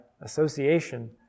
association